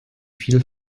viel